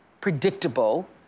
predictable